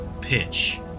pitch